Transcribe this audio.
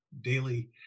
daily